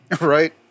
right